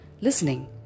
listening